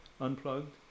unplugged